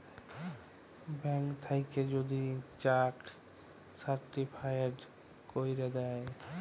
bank থ্যাইকে যদি cheque certified ক্যইরে দ্যায়